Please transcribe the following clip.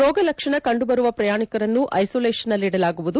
ರೋಗ ಲಕ್ಷಣ ಕಂಡುಬರುವ ಪ್ರಯಾಣಿಕರನ್ನು ಐಸೊಲೇಷನ್ನಲ್ಲಿ ಇಡಲಾಗುವುದು